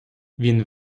він